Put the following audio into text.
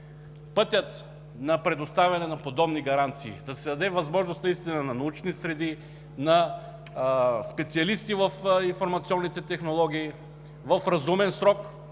пътят на предоставяне на подобни гаранции. Да се даде възможност наистина на научни среди, на специалисти в информационните технологии в разумен срок